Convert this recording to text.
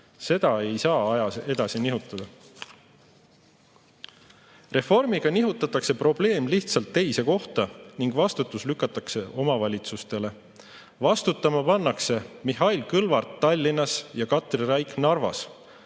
Seda ei saa ajas edasi nihutada. Reformiga nihutatakse probleem lihtsalt teise kohta ning vastutus lükatakse omavalitsustele. Vastutama pannakse Mihhail Kõlvart Tallinnas ja Katri Raik Narvas.